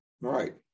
Right